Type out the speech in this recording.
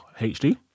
HD